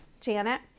Janet